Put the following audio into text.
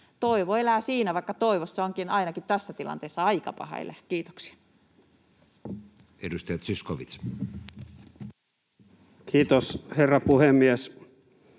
Toivo elää siinä, vaikka toivossa onkin ainakin tässä tilanteessa aika paha elää. — Kiitoksia. Edustaja Zyskowicz. Kiitos, herra puhemies!